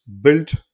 built